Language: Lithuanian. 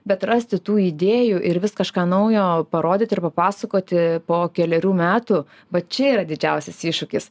bet rasti tų idėjų ir vis kažką naujo parodyti ir papasakoti po kelerių metų va čia yra didžiausias iššūkis